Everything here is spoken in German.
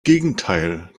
gegenteil